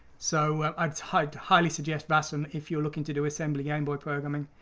so i'd highly highly suggest vasm if you're looking to do assembly gameboy programming.